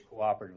cooperatively